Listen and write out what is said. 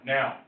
Now